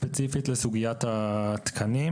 ספציפית לסוגיית התקנים